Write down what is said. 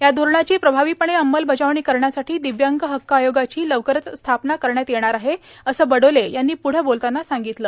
या धोरणाची प्रभावीपणे अंमलबजावणी करण्यासाठी दिव्यांग हक्क आयोगाची लवकरच स्थापना करण्यात येणार आहे असं बडोले यांनी प्ढं बोलतांना सांगितलं